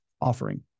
offering